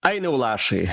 ainiau lašai